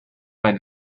mein